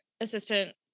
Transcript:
assistant